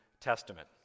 Testament